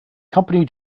company